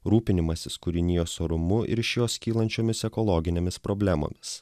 rūpinimasis kūrinijos orumu ir iš jos kylančiomis ekologinėmis problemomis